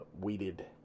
weeded